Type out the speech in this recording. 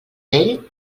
vell